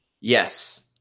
Yes